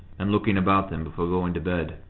and looking about them before going to bed.